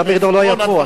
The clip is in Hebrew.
דן מרידור לא היה פה.